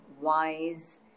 wise